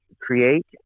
create